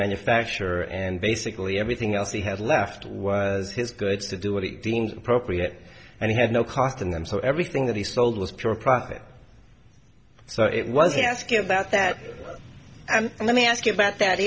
manufacturer and basically everything else he had left was his goods to do what he deemed appropriate and he had no cost in them so everything that he sold was pure profit so it was asking about that and let me ask you about that